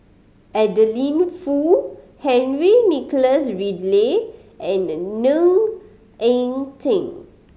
Adeline Foo Henry Nicholas Ridley and the Ne Eng Teng